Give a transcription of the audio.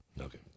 Okay